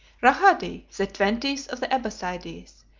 rahadi, the twentieth of the abbassides,